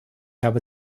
habe